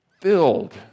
filled